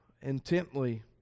intently